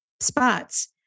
spots